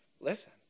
Listen